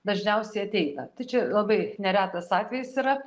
dažniausiai ateina tai čia labai neretas atvejis yra